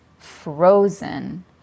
frozen